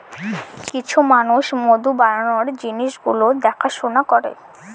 কিছু মানুষ মধু বানানোর জিনিস গুলো দেখাশোনা করে